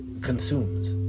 consumes